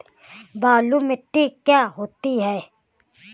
बलुइ मिट्टी क्या होती हैं?